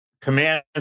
command